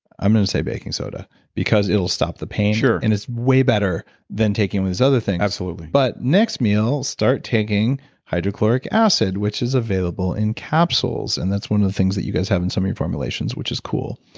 i'm gonna say baking soda because it'll stop the pain sure and it's way better than taking all those other things absolutely but next meal, start taking hydrochloric acid, which is available in capsules. and that's one of the things that you guys have in so many formulations, which is cool.